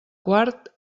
quart